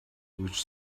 which